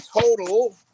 total